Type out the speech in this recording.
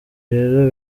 rero